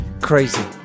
crazy